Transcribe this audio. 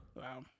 Wow